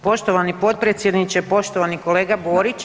Poštovani potpredsjedniče, poštovani kolega Borić